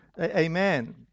amen